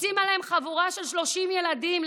קופצים עליהם חבורה של 30 ילדים,